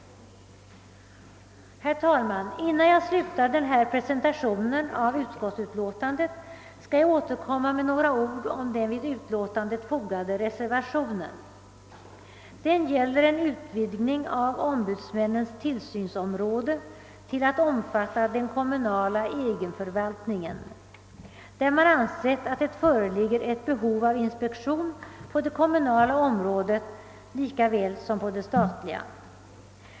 Herr talman! Innan jag slutar den här presentationen av utskottsutlåtandet skall jag med några ord återkomma till den vid utlåtandet fogade reservationen. Den gäller en utvidgning av ombudsmännens tillsynsområde till att omfatta den kommunala egenförvaltningen, där man ansett att det föreligger ett behov av inspektion på det kommunala området lika väl som på det statliga.